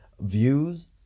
views